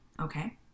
okay